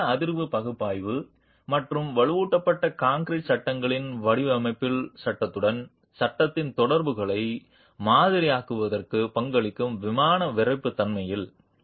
உங்கள் நில அதிர்வு பகுப்பாய்வு மற்றும் வலுவூட்டப்பட்ட கான்கிரீட் சட்டங்களின் வடிவமைப்பில் சட்டகத்துடன் சட்டத்தின் தொடர்புகளை மாதிரியாக்குவதற்கு பங்களிக்கும் விமான விறைப்புத்தன்மையில்